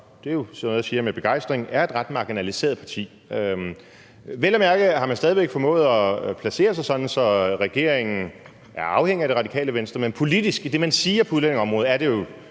det er så noget, jeg siger med begejstring, er et ret marginaliseret parti. Vel at mærke har man stadig væk formået at placere sig sådan, at regeringen er afhængig af Radikale Venstre, men politisk, i det, man siger på udlændingeområdet, er det jo